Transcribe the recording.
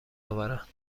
آورند